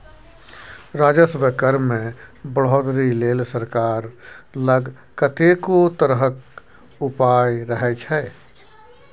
राजस्व कर मे बढ़ौतरी लेल सरकार लग कतेको तरहक उपाय रहय छै